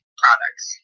products